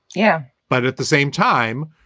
yeah, but at the same time,